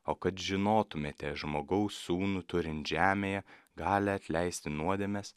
o kad žinotumėte žmogaus sūnų turint žemėje galią atleisti nuodėmes